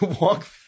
walk